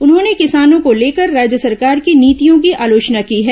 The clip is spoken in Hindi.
उन्होंने किसानों को लेकर राज्य सरकार की नीतियों की आलोचना की है